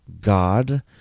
God